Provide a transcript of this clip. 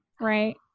Right